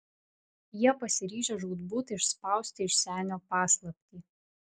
jie pasiryžę žūtbūt išspausti iš senio paslaptį